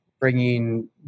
bringing